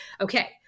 Okay